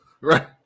Right